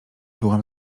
byłam